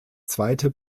zweite